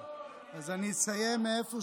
אז אני אמשיך מאיפה